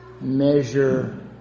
measure